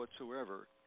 whatsoever